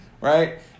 right